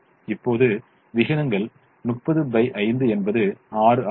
இப்போது விகிதங்கள் 305 என்பது 6 ஆகும்